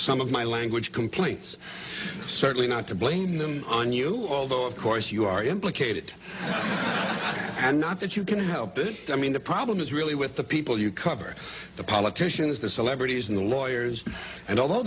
some of my language complaints certainly not to blame them on you although of course you are implicated and not that you can help it i mean the problem is really with the people you cover the politicians the celebrities and the lawyers and al